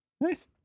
Nice